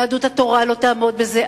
יהדות התורה לא תעמוד בזה,